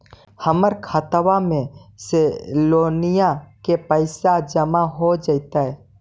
हमर खातबा में से लोनिया के पैसा जामा हो जैतय?